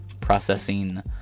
Processing